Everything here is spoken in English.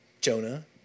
Jonah